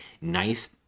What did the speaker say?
nice